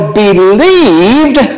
believed